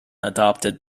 adopted